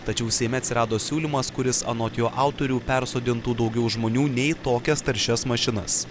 tačiau seime atsirado siūlymas kuris anot jo autorių persodintų daugiau žmonių ne į tokias taršias mašinas